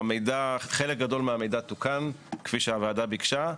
חלק גדול מהמידע תוקן, כפי שהוועדה ביקשה.